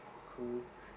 cool